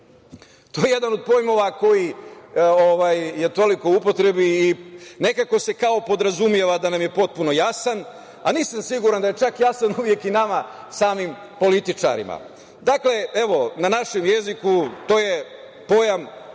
To je jedan od pojmova koji je toliko u upotrebi i nekako se kao podrazumeva da nam je potpuno jasan, a nisam siguran da je čak jasan uvek i nama samim političarima. Dakle, na našem jeziku, to je pojam izveden